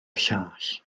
llall